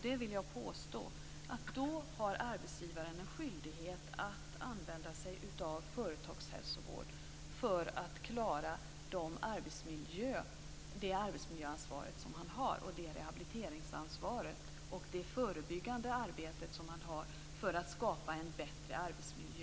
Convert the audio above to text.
Jag vill påstå att arbetsgivaren då har en skyldighet att använda företagshälsovård för att klara det arbetsmiljö och rehabiliteringsansvar som han har och att vidta förebyggande åtgärder för att skapa en bättre arbetsmiljö.